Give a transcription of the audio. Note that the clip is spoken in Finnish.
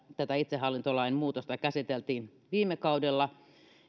tätä itsehallintolain muutosta käsiteltiin viime kaudella